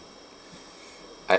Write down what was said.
I